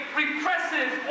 repressive